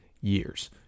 years